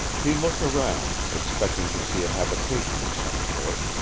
he looked around, expecting to see a habitation of some sort.